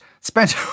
spent